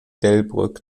delbrück